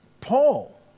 Paul